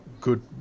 good